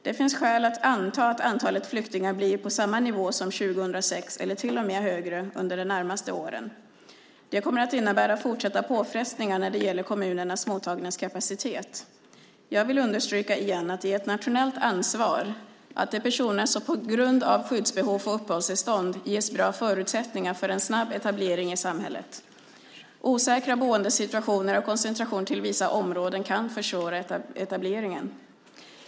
Det finns skäl att anta att antalet flyktingar blir på samma nivå som 2006 eller till och med högre under de närmaste åren. Det kommer att innebära fortsatta påfrestningar när det gäller kommunernas mottagningskapacitet. Jag vill understryka igen att det är ett nationellt ansvar att de personer som på grund av skyddsbehov får uppehållstillstånd ges bra förutsättningar för en snabb etablering i det svenska samhället. Osäkra boendesituationer och koncentration till vissa områden kan försvåra etableringen.